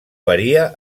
varia